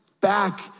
back